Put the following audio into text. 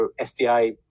SDI